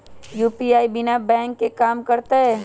UPI बिना bank के भी कम करतै?